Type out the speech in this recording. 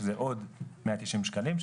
שזה עוד 190 שקלים,